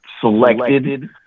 selected